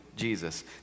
Jesus